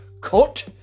cut